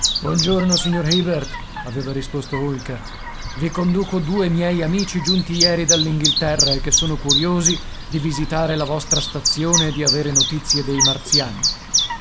giorno signor hibert aveva risposto olker i conduco due miei amici giunti ieri dall'inghilterra e che sono curiosi di visitare la vostra stazione e di avere notizie dei martiani